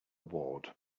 ward